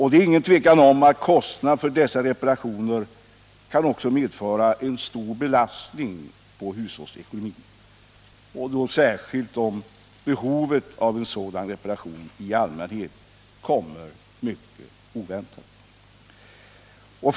Det är inget tvivel om att dessa kostnader också kan medföra en stor belastning på hushållsekonomin, särskilt som behovet av en bilreparation i allmänhet kommer mycket oväntat.